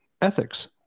ethics